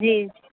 जी